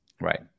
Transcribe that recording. Right